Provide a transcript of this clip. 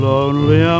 Lonely